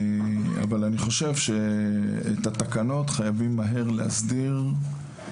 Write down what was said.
אבל אני חושב שאת התקנות חייבים מהר להסדיר.